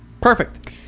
Perfect